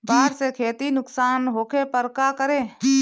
बाढ़ से खेती नुकसान होखे पर का करे?